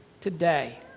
today